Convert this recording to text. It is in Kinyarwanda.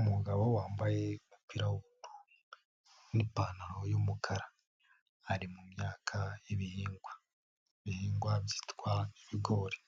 Umugabo wambaye umupira w'umuhondo, n'ipantaro y'umukara ari mu myaka y'ibihingwa y'ibihingwa byitwa ibigori,